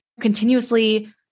continuously